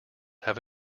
have